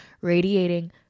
radiating